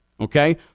okay